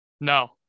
No